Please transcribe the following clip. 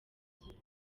byiza